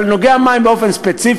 אבל בנוגע למים, באופן ספציפי,